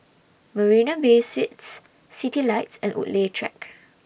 Marina Bay Suites Citylights and Woodleigh Track